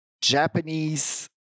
Japanese